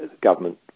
government